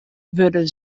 wurde